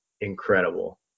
incredible